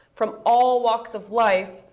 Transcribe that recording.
from all walks of life,